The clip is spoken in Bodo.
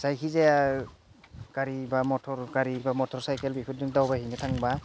जायखिजाया गारि बा मथरसाइकेल बेफोरबायदिजों दावबायहैनो थांबा